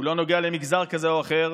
הוא לא נוגע למגזר כזה או אחר,